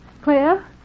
Claire